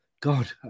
god